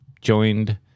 Joined